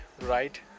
right